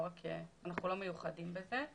אנחנו לא מיוחדים בזה.